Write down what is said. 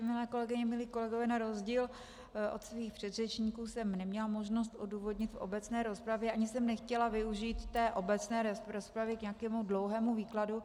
Milé kolegyně, milí kolegové, na rozdíl od svých předřečníků jsem neměla možnost návrh odůvodnit v obecné rozpravě ani jsem nechtěla využít té obecné rozpravy k nějakému dlouhému výkladu.